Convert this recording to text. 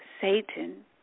Satan